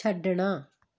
ਛੱਡਣਾ